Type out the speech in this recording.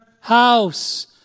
house